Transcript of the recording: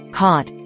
caught